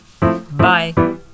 Bye